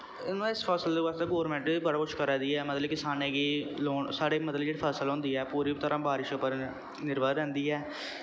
मतलब फसल बास्तै बी गौरमैंट बी बड़ा कुछ करा दी ऐ मतलब किसानें गी लोन साढ़े मतलब जेह्ड़ी फसल होंदी ऐ पूरा तरह् बारिश उप्पर निर्भर रैंह्दी ऐ